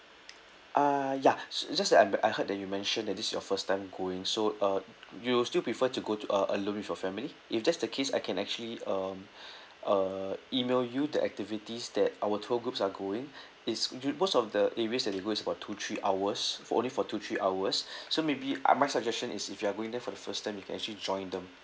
ah ya so just that I'm I heard that you mentioned that this is your first time going so uh you still prefer to go to a~ alone with your family if that's the case I can actually um uh email you the activities that our tour groups are going it's ju~ most of the areas that they go is about two three hours for only for two three hours so maybe uh my suggestion is if you're going there for the first time you can actually join them